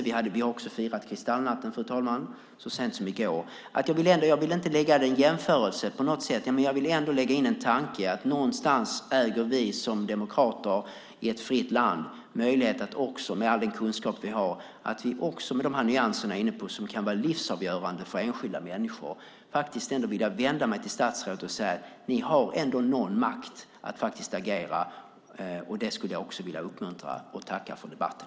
Vi uppmärksammade årsdagen av Kristallnatten, fru talman, så sent som i går. Jag vill inte göra en jämförelse på något sätt, men jag vill lägga in en tanke om att vi som demokrater i ett fritt land äger en möjlighet med all den kunskap vi har med de nyanser som vi var inne på och som kan vara livsavgörande för enskilda människor. Jag skulle vilja vända mig till statsrådet och säga: Ni har ändå makt att agera. Det skulle jag vilja uppmuntra till. Jag tackar för debatten.